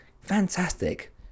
fantastic